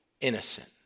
innocent